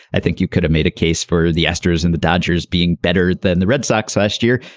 i think you could have made a case for the astros and the dodgers being better than the red sox last year.